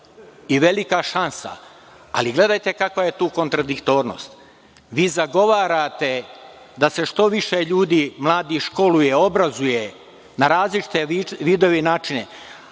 i velika šansa, ali gledajte kakva je tu kontradiktornost. Vi zagovarate da se što više mladih ljudi školuje, obrazuje na različite vidove i načine,